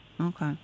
Okay